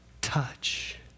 touch